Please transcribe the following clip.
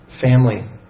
family